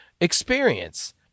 experience